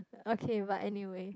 okay but anyway